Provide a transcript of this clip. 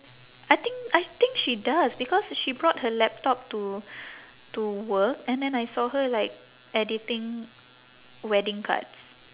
I think I think she does because she brought her laptop to to work and then I saw her like editing wedding cards